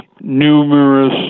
numerous